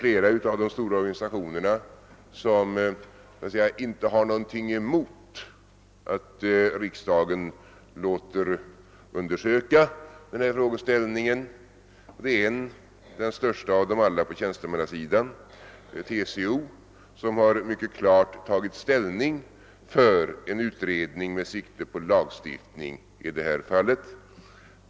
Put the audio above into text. Flera av de stora organisationerna har inte något att erinra mot att riksdagen låter undersöka denna frågeställning och den största av dem alla på tjänstemannasidan, TCO, har mycket klart tagit ställning för en utredning med sikte på lagstiftning i detta fall.